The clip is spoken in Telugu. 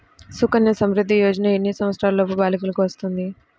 సుకన్య సంవృధ్ది యోజన ఎన్ని సంవత్సరంలోపు బాలికలకు వస్తుంది?